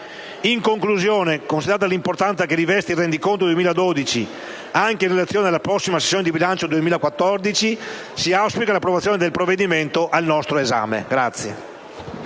In conclusione, considerata l'importanza che riveste il rendiconto 2012 anche in relazione alla prossima sessione di bilancio, si auspica l'approvazione del provvedimento al nostro esame.